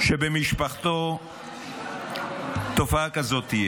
שבמשפחתו תהיה תופעה כזאת.